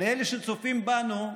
לאלה שצופים בנו,